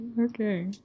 Okay